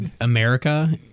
america